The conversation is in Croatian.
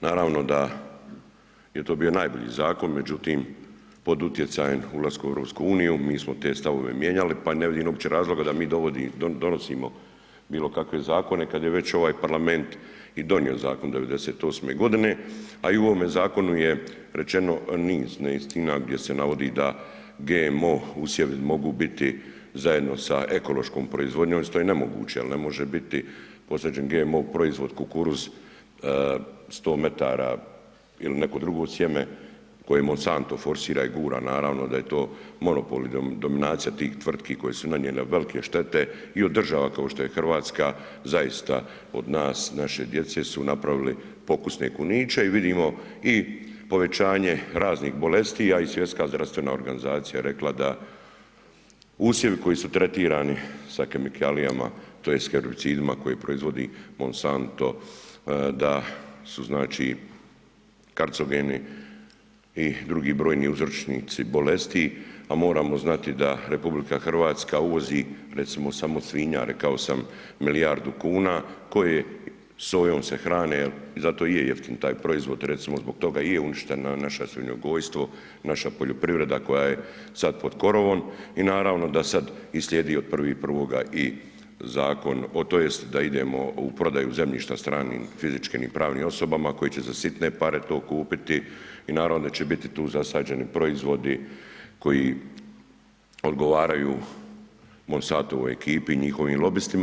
Naravno da je to bio najbolji zakon, međutim, pod utjecajem ulaska u EU, mi smo te stavove mijenjali pa ne vidim uopće razloga da mi donosimo bilo kakve zakone kad je već ovaj parlament i donio zakon 98. godine, a i u ovome zakonu je rečeno niz neistina gdje se navodi da GMO usjevi mogu biti zajedno sa ekološkom proizvodnjom što je nemoguće jer ne može biti posađen GMO proizvod kukuruz, 100 m ili neko drugo sjeme koje Monsanto forsira i gura, naravno da je to monopol i dominacija tih tvrtki koje su nanijele velike štete i od država kao što se Hrvatska zaista od nas, naše djece su napravili pokusne kuniće i vidimo i povećanje raznih bolesti, a i Svjetska zdravstvena organizacija je rekla da usjevi koji su tretirani sa kemikalijama tj. herbicidima koje proizvodi Monsanto da su znači, kancerogeni i drugi brojni uzročnici bolesti, a moramo znati da RH uvozi recimo, samo svinja, rekao sam milijardu kuna koje sojom se hrane i zato je jeftin taj proizvod, recimo zbog toga i je uništeno naše svinjogojstvo, naša poljoprivreda koja je sad pod korovom i naravno da sad i slijedi od 1.1. zakon, tj. da idemo u prodaju zemljišta stranim, fizičkim i pravnim osobama koje će za sitne pare to kupiti i naravno da će biti tu zasađeni proizvodi koji odgovaraju Monsantovoj ekipi i njihovim lobistima.